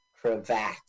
cravat